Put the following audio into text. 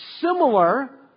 similar